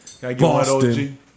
Boston